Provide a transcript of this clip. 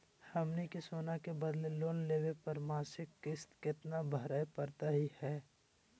हमनी के सोना के बदले लोन लेवे पर मासिक किस्त केतना भरै परतही हे?